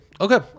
Okay